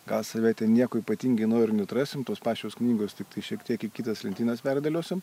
gal save ten nieko ypatingai naujo ir neatrasim tos pačios knygos tiktai šiek tiek į kitas lentynas perdėliosim